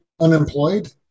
unemployed